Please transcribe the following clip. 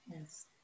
yes